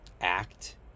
act